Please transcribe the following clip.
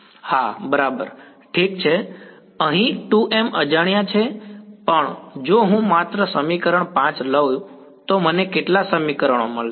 હા બરાબર હા ઠીક છે અહીં 2 m અજાણ્યા છે પણ જો હું માત્ર 5 સમીકરણ લઉં તો મને કેટલા સમીકરણો મળશે